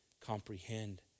comprehend